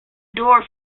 door